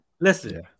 Listen